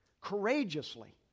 courageously